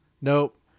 Nope